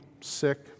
sick